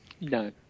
No